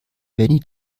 benny